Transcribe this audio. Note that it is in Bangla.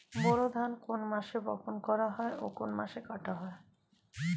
বোরো ধান কোন মাসে বপন করা হয় ও কোন মাসে কাটা হয়?